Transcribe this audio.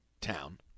town